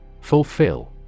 Fulfill